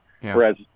Whereas